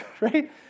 right